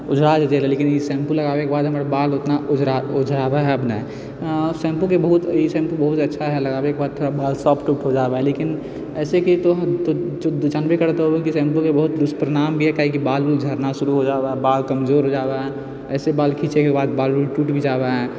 ओझरा जाइत रहै लेकिन ई शैम्पू लगाबैके बाद हमर बाल आब ओतना ओझरा ओझराबै हइ आब नहि शैम्पूके बहुत ई शैम्पू बहुत अच्छा हइ लगाबैके बाद बाल थोड़ा सॉफ्ट उफ्ट हो जावे हइ लेकिन ऐसे कि तो जानबेके होवै कि शैम्पूके दुष्परिणाम भी होवै हइ काहेकि बाल वाल झड़ना शुरू हो जावे हइ बाल कमजोर हो जावे हइ ऐसे बाल खीँचैके बाद बाल उल टूट भी जावे हइ